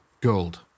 gold